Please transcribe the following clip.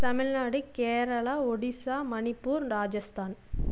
Tamil Nadu Kerala Odisha Manipur Rajasthan